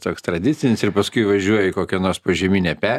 toks tradicinis ir paskui važiuoji į kokią nors požeminę pe